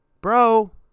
Bro